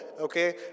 okay